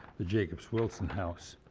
the jacobs wilson house.